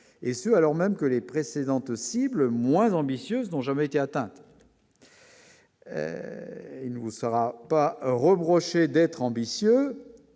et ce, alors même que les précédentes cible moins ambitieuse dont jamais été atteint. Ne vous sera pas reprocher d'être ambitieux